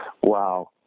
Wow